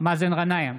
מאזן גנאים,